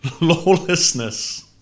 lawlessness